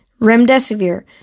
remdesivir